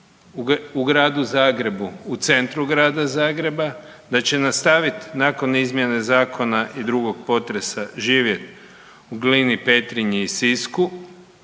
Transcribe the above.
u Gradu Zagrebu, u centru Grada Zagreba, da će nastavit nakon izmjene zakona i drugog potresa živjet u Glini, Petrinji i Sisku,